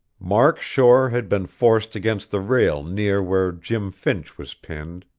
mark shore had been forced against the rail near where jim finch was pinned.